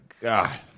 God